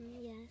Yes